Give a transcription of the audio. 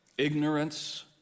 ignorance